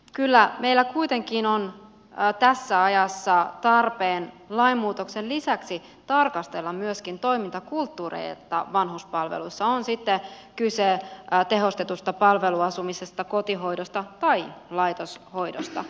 kyllä meillä kuitenkin on tässä ajassa tarpeen lainmuutoksen lisäksi tarkastella myöskin toimintakulttuureita vanhuspalvelussa on sitten kyse tehostetusta palveluasumisesta kotihoidosta tai laitoshoidosta